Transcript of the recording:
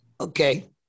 Okay